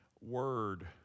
word